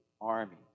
army